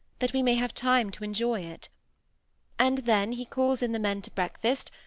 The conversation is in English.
that we may have time to enjoy it and then he calls in the men to breakfast,